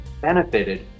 benefited